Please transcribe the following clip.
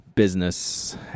business